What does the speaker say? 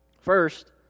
First